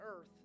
earth